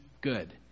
good